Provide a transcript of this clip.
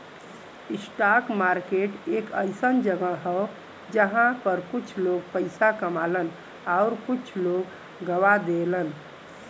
stock market एक अइसन जगह हौ जहां पर कुछ लोग पइसा कमालन आउर कुछ लोग गवा देलन